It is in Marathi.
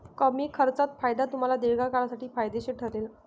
कमी खर्चात फायदा तुम्हाला दीर्घकाळासाठी फायदेशीर ठरेल